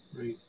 Right